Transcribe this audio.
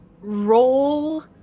Roll